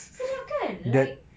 sedap kan like